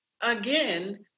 again